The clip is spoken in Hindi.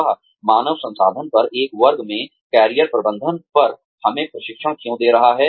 वह मानव संसाधन पर एक वर्ग में कैरियर प्रबंधन पर हमें प्रशिक्षण क्यों दे रहा है